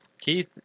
Keith